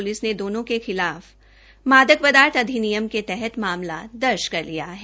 police ने दोनों के खिलाफ मादक पदार्थ अधिनियम के तहत मामला दर्ज कर लिया है